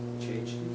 change